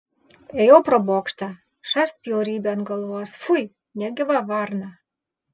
ėjau pro bokštą šast bjaurybė ant galvos fui negyva varna